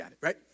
right